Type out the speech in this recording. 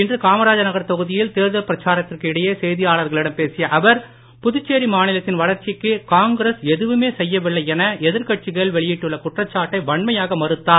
இன்று காமராஜர் நகர் தொகுதியில் தேர்தல் பிரச்சாரத்திற்கு இடையே செய்தியாளர்களிடம் பேசிய அவர் புதுச்சேரி மாநிலத்தின் வளர்ச்சிக்கு காங்கிரஸ் எதுவுமே செய்யவில்லை என எதிர்கட்சிகள் வெளியிட்டுள்ள குற்றச்சாட்டை வன்மையாக மறுத்தார்